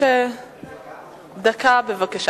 דקה בבקשה.